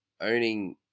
owning